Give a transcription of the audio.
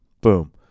Boom